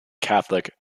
catholic